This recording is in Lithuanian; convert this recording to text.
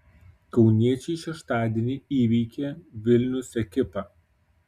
kauniečiai šeštadienį įveikė vilnius ekipą